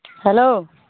hello